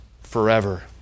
forever